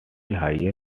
higher